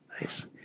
nice